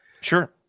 Sure